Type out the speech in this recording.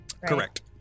Correct